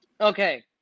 Okay